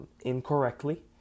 incorrectly